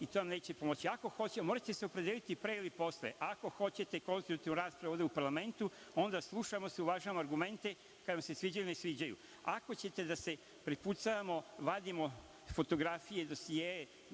i to vam neće pomoći. Morate se opredeliti pre ili posle, ako hoćete konstruktivnu raspravu ovde u Parlamentu, onda slušamo se, uvažavamo argumente kad vam se sviđaju, ne sviđaju. Ako ćete da se prepucavamo, vadimo fotografije i dosijee,